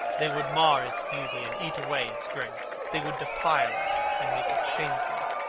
they would mar its beauty and eat away its grace they would defile it and make it shameful.